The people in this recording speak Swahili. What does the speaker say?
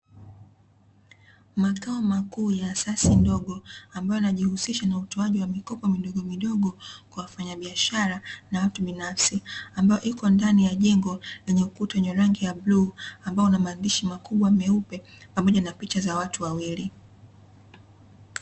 Makao makuu ya asasi ndogo ambayo yanayojihusisha na utoaji wa mikopo midogo midogo wafanga biashara na watu binafsi ambayo ipo ndani ya jengo lenye ukuta wa rangi ya bluu ambayo maandishi makubwa meupe pamoja na picha za watu wawili .